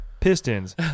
pistons